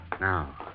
Now